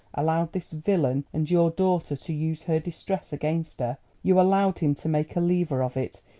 allowed this villain and your daughter to use her distress against her you allowed him to make a lever of it,